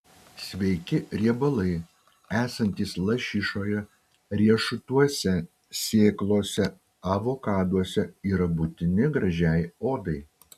sveiki riebalai esantys lašišoje riešutuose sėklose avokaduose yra būtini gražiai odai